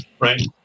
right